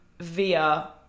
via